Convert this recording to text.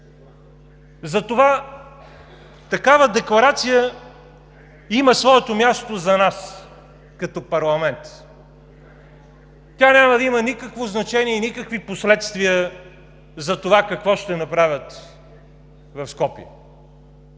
Затова такава декларация има своето място за нас като парламент. Тя няма да има никакво значение и никакви последствия за това какво ще направят в Скопие.